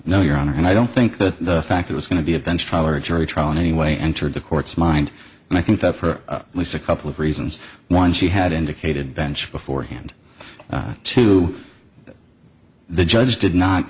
no your honor and i don't think that the fact it was going to be a bench trial or a jury trial in any way entered the court's mind and i think that for at least a couple of reasons one she had indicated bench beforehand to the judge did not